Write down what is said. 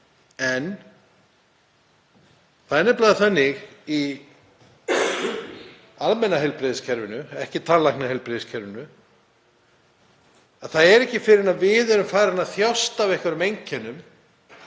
En það er nefnilega þannig í almenna heilbrigðiskerfinu, ekki í tannlæknaheilbrigðiskerfinu, að það er ekki fyrr en við erum farin að þjást af einhverjum einkennum